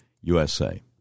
USA